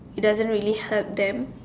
is doesn't really help them